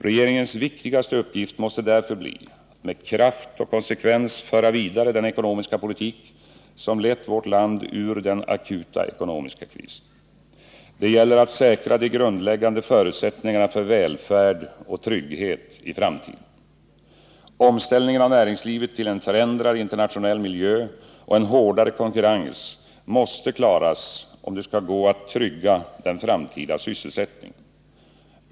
Regeringens viktigaste uppgift måste därför bli att med kraft och konsekvens föra vidare den ekonomiska politik som lett vårt land ur den akuta ekonomiska krisen. Det gäller att säkra de grundläggande förutsätt ningarna för välfärd och trygghet i framtiden. Omställningen av näringslivet till en förändrad internationell miljö och en hårdare konkurrens måste klaras om det skall gå att trygga den framtida sysselsättningen.